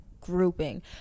grouping